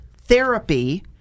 therapy